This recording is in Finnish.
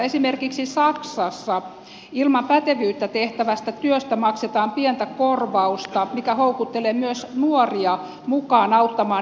esimerkiksi saksassa ilman pätevyyttä tehtävästä työstä maksetaan pientä korvausta mikä houkuttelee myös nuoria mukaan auttamaan ikäihmisiä